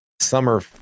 summer